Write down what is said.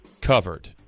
covered